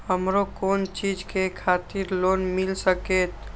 हमरो कोन चीज के खातिर लोन मिल संकेत?